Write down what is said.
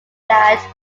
that